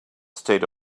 state